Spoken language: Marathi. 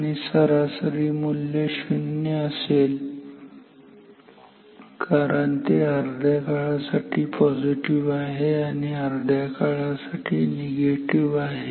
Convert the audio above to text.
आणि सरासरी मूल्य शून्य असेल कारण ते अर्ध्या काळासाठी पॉझिटिव्ह आहे आणि अर्ध्या काळासाठी निगेटिव्ह आहे